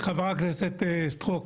חברת הכנסת סטרוק,